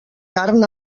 carn